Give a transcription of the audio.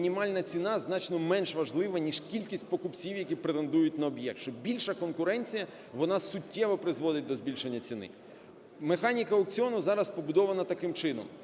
мінімальна ціна значно менш важлива, ніж кількість покупців, які претендують на об'єкт, що більша конкуренція, вона суттєво призводить до збільшення ціни. Механіка аукціону зараз побудована таким чином: